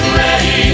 ready